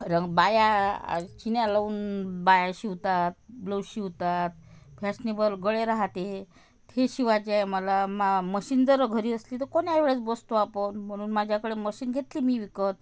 रंग बाया छीन्या लावून बाया शिवतात ब्लाउज शिवतात फॅशनेबल गळे राहते हे शिवायचे मला मा मशीन जर घरी असली तर कोण्या वेळेत बसतो आपण म्हणून माझ्याकडे मशीन घेतली मी विकत